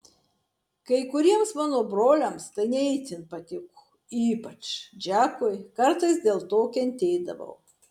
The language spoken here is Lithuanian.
kai kuriems mano broliams tai ne itin patiko ypač džekui kartais dėl to kentėdavau